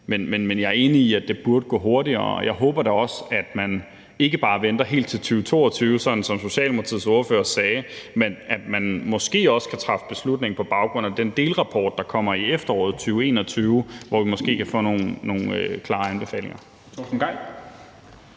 Men jeg er enig i, at det burde gå hurtigere, og jeg håber da også, at man ikke venter helt til 2022, sådan som Socialdemokratiets ordfører sagde, men at man måske også kan træffe beslutning på baggrund af den delrapport, der kommer i efteråret 2021, hvor vi måske kan få nogle klare anbefalinger.